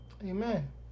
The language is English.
amen